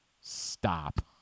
stop